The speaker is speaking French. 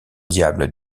diables